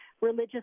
religious